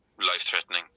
life-threatening